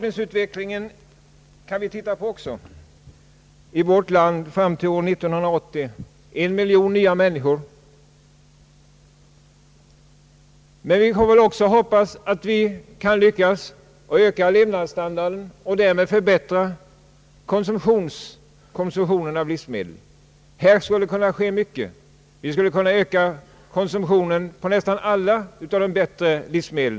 I vårt land fram till 1980 kommer befolkningen att öka med en miljon människor. Vi får hoppas att vi också lyckas öka levnadsstandarden och därmed öka konsumtionen av livsmedel. Här skulle kunna ske mycket. Vi skulle kunna öka konsumtionen av nästan alla av de bättre livsmedlen.